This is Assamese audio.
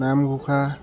নাম গোষা